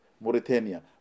Mauritania